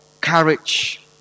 Courage